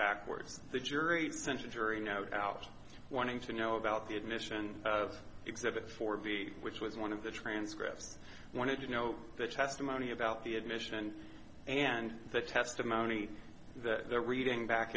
backwards the jury sent a jury no doubt wanting to know about the admission of exhibit four b which was one of the transcripts wanted you know the testimony about the admission and the testimony that they're reading back